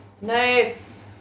Nice